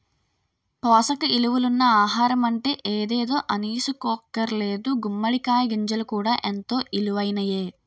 పోసక ఇలువలున్న ఆహారమంటే ఎదేదో అనీసుకోక్కర్లేదు గుమ్మడి కాయ గింజలు కూడా ఎంతో ఇలువైనయే